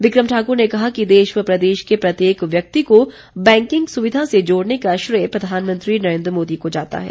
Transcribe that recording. बिक्रम ठाकुर ने कहा कि देश व प्रदेश के प्रत्येक व्यक्ति को बैंकिंग सुविधा से जोड़ने का श्रेय प्रधानमंत्री नरेन्द्र मोदी को जाता है